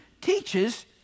teaches